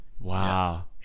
wow